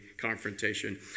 confrontation